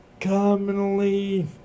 commonly